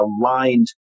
aligned